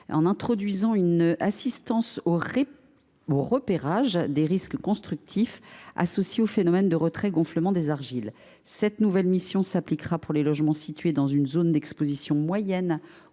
en y incluant une assistance au repérage des risques constructifs associés au phénomène de retrait gonflement des argiles. Cette nouvelle mission sera réalisée au bénéfice des logements situés dans une zone d’exposition moyenne